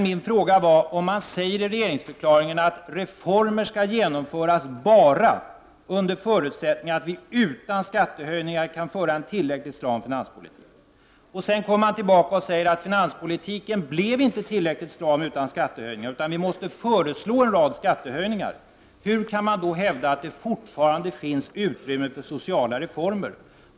Men om det i regeringsförklaringen sägs att reformer skall genomföras bara under förutsättning att man utan skattehöjningar kan föra en tillräckligt stram finanspolitik, och om man sedan kommer tillbaka och säger att finanspolitiken inte blev tillräckligt stram utan skattehöjningar och att man måste föreslå en rad sådana, hur kan man då hävda att det fortfarande finns utrymme för sociala reformer?